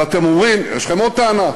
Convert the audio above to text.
אבל אתם אומרים, יש לכם עוד טענה,